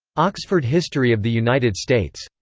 oxford history of the united states.